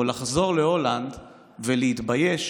או לחזור להולנד ולהתבייש